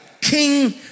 King